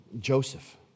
Joseph